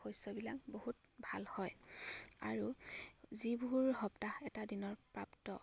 শস্যবিলাক বহুত ভাল হয় আৰু যিবোৰ সপ্তাহ এটা দিনৰ প্ৰাপ্ত